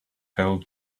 held